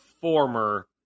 former